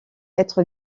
être